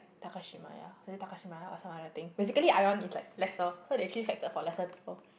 Takashimaya is it Takashimaya or some other thing basically Ion is like lesser so they actually sector for lesser people